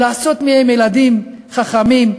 ולעשות מהם ילדים חכמים,